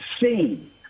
seen